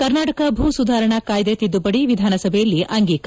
ಕರ್ನಾಟಕ ಭೂಸುಧಾರಣಾ ಕಾಯ್ದೆ ತಿದ್ದುಪಡಿ ವಿಧಾನಸಭೆಯಲ್ಲಿ ಅಂಗೀಕಾರ